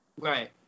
Right